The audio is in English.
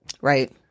Right